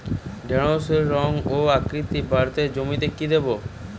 ঢেঁড়সের রং ও আকৃতিতে বাড়াতে জমিতে কি দেবো?